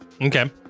Okay